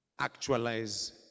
actualize